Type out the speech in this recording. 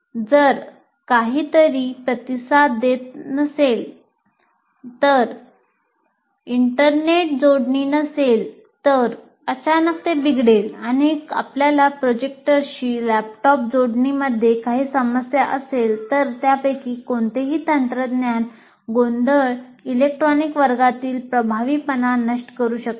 जर काहीतरी प्रतिसाद देत नसेल तर जर इंटरनेट जोडणी नसेल तर अचानक ते बिघडेल किंवा आपल्याला प्रोजेक्टरशी लॅपटॉप जोडणीमध्ये काही समस्या असेल तर त्यापैकी कोणतेही तंत्रज्ञान गोंधळ इलेक्ट्रॉनिक वर्गातील प्रभावीपणा नष्ट करू शकते